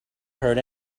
hurt